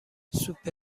سوپ